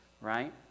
right